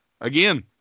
Again